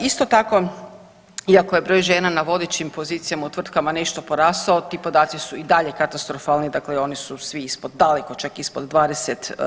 Isto tako, iako je broj žena na vodećim pozicijama u tvrtkama nešto porasao ti podaci su i dalje katastrofalni, dakle, oni su svi ispod daleko čak ispod 20%